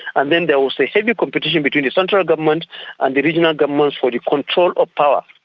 and then there was the heavy competition between the central government and the regional governments for the control of power.